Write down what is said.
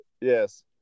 Yes